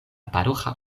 paroĥa